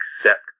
accept